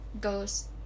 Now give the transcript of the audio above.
goes